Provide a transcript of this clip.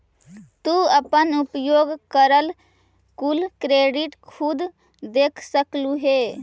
तू अपन उपयोग करल कुल क्रेडिट खुद देख सकलू हे